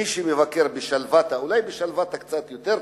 מי שמבקר ב"שלוותה" אולי ב"שלוותה" קצת יותר טוב,